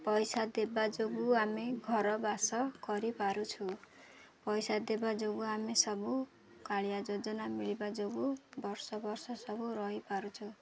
ପଇସା ଦେବା ଯୋଗୁଁ ଆମେ ଘର ବାସ କରିପାରୁଛୁ ପଇସା ଦେବା ଯୋଗୁଁ ଆମେ ସବୁ କାଳିଆ ଯୋଜନା ମିଳିବା ଯୋଗୁଁ ବର୍ଷ ବର୍ଷ ସବୁ ରହିପାରୁଛୁ